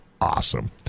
awesome